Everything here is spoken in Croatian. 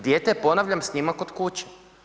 Dijete je ponavljam, s njima kod kuće.